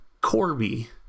Corby